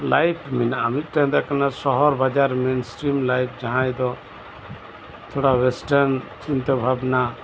life ᱢᱮᱱᱟᱜᱼᱟ ᱢᱤᱫᱴᱮᱱ ᱫᱚ ᱥᱚᱦᱚᱨ ᱵᱟᱡᱟᱨ ᱢᱮᱱᱥᱴᱨᱤᱢ ᱞᱟᱭᱤᱯ ᱡᱟᱸᱦᱟᱭ ᱫᱚ ᱛᱷᱚᱲᱟ ᱚᱭᱮᱥᱴᱮᱱ ᱪᱤᱱᱛᱟᱹ ᱵᱷᱟᱵᱱᱟ